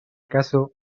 caso